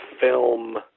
film